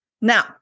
Now